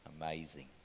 Amazing